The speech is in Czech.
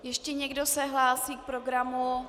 Ještě někdo se hlásí k programu?